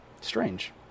strange